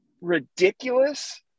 ridiculous